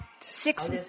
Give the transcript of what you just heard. six